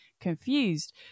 confused